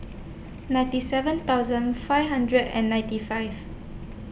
ninety seven thousand five hundred and ninety five